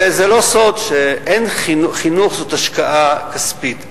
זה לא סוד שחינוך זה השקעה כספית.